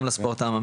גם לספורט העממי.